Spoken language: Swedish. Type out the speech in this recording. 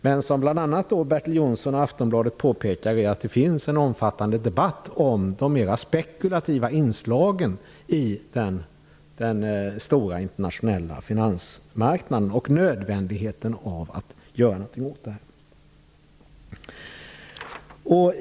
Det som bl.a. Bertil Jonsson och Aftonbladet påpekar är att det finns en omfattande debatt om de mera spekulativa inslagen på den stora internationella finansmarknaden och om det nödvändiga i att göra något åt dessa.